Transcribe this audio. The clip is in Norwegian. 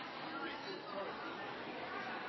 I